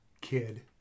kid